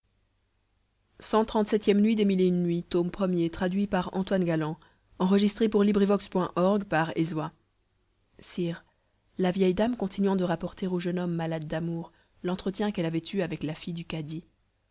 cxxxvii nuit sire la vieille dame continuant de rapporter au jeune homme malade d'amour l'entretien qu'elle avait eu avec la fille du cadi